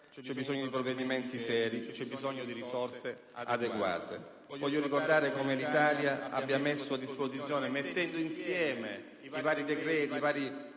c'è bisogno di provvedimenti veloci, chiari e seri, nonché di risorse adeguate. Voglio ricordare come l'Italia abbia messo a disposizione, mettendo insieme i vari decreti e